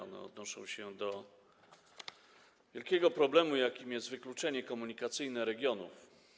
One odnoszą się do wielkiego problemu, jakim jest wykluczenie komunikacyjne regionów.